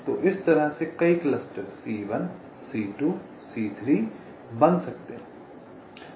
तो इस तरह से कई क्लस्टर C1 C2 C3 बन सकते हैं